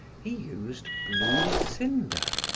he used blue cinder.